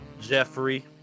Jeffrey